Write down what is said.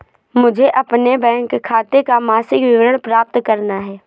मुझे अपने बैंक खाते का मासिक विवरण प्राप्त करना है?